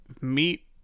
meet